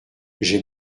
j’ai